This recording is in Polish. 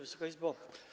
Wysoka Izbo!